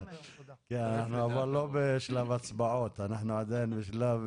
כן, אבל אנחנו לא בשלב הצבעות, אנחנו עדיין בשלב